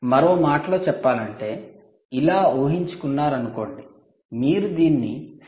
మరో మాటలో చెప్పాలంటే ఇలా ఉహించుకున్నారనుకోండి మీరు దీన్ని స్థిరమైన 3